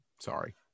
sorry